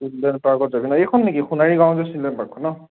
children পাৰ্কত যাবি ন এইখন নেকি সোণাৰী গাঁৱৰ যে চিলড্ৰেন পাৰ্কখন ন